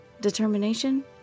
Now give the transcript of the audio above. Determination